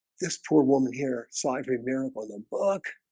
this poor woman here find a mirror for the book